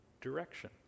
direction